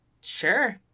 Sure